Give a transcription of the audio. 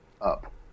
up